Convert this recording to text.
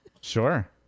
Sure